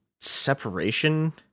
separation